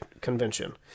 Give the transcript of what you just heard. convention